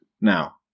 Now